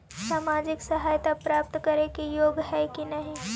सामाजिक सहायता प्राप्त के योग्य हई कि नहीं?